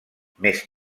més